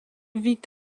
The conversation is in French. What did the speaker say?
vit